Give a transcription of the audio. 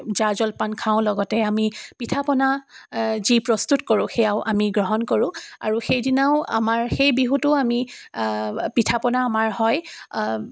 জা জলপান খাওঁ লগতে আমি পিঠাপনা যি প্ৰস্তুত কৰোঁ সেয়াও আমি গ্ৰহণ কৰোঁ আৰু সেই দিনাও আমাৰ সেই বিহুতো আমি পিঠাপনা আমাৰ হয়